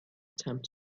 attempt